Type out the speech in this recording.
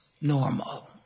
normal